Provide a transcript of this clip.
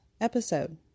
episode